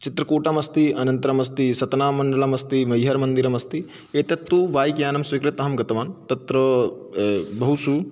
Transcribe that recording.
चित्रकूटमस्ति अनन्तरमस्ति सतनामण्डलमस्ति मह्यर् मन्दिरम् अस्ति एतत्तु बैक्यानं स्वीकृत्य अहं गतवान् तत्र बहुषु